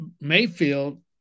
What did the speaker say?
Mayfield